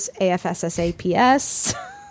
AFSSAPS